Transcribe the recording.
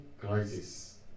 crisis